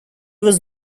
was